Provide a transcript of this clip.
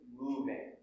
moving